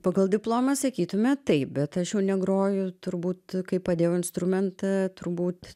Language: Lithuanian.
pagal diplomą sakytume taip bet aš jau negroju turbūt kai padėjau instrumentą turbūt